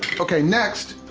okay next,